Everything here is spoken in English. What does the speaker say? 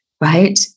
right